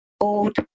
old